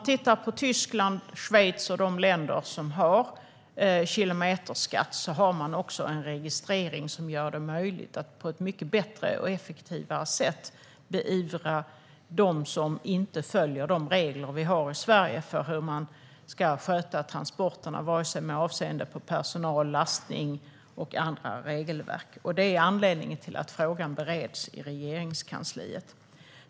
Tyskland, Schweiz och de andra länder som har kilometerskatt har också en registrering som gör det möjligt att på ett mycket bättre och effektivare sätt beivra det som görs av dem som inte följer de regler som vi har i Sverige för hur man ska sköta transporterna med avseende på personal, lastning och andra regelverk. Det är anledningen till att frågan bereds i Regeringskansliet.